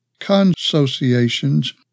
consociations